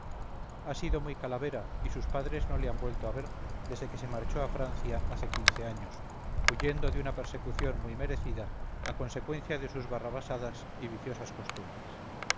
ha sido muy calavera y sus padres no le hanvuelto a ver desde que se marchó a francia hace quince años huyendo de una persecución muy merecida a consecuencia de sus barrabasadas y viciosas costumbres